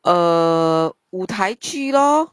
err 舞台剧 lor